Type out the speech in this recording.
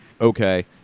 okay